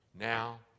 Now